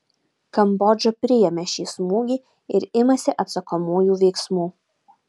kambodža priėmė šį smūgį ir imasi atsakomųjų veiksmų